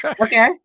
Okay